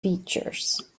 features